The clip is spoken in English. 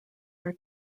are